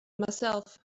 myself